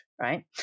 right